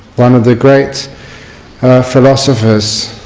one of the great philosophers